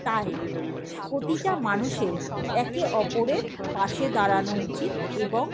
তাই প্রতিটা মানুষের একে ওপরের পাশে দাঁড়ানো উচিত এবং